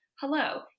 hello